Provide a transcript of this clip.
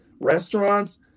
restaurants